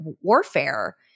warfare